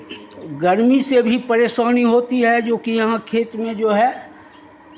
गर्मी से भी परेशानी होती है जोकि यहाँ खेत में जो है